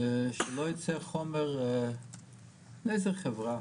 שלא ייצא חומר לאיזה חברה,